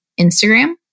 Instagram